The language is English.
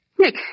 Nick